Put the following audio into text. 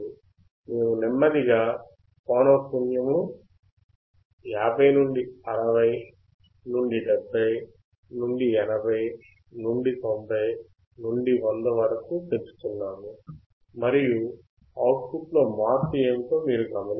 మేము నెమ్మదిగా పౌనఃపున్యమును 50 నుండి 60 నుండి 70 నుండి 80 నుండి 90 నుండి 100 వరకు పెంచుతున్నాము మరియు అవుట్ పుట్ లో మార్పు ఏమిటో మీరు గమనిస్తున్నారు